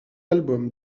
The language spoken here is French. album